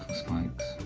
spikes